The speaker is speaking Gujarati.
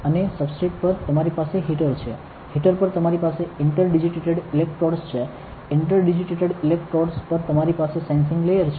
અને સબસ્ટ્રેટ પર તમારી પાસે હીટર છે હીટર પર તમારી પાસે ઇન્ટર ડિજિટેટેડ ઇલેક્ટ્રોડ્સ છે ઇન્ટર ડિજિટેટેડ ઇલેક્ટ્રોડ્સ પર તમારી પાસે સેન્સિંગ લેયર છે